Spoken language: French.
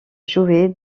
jouer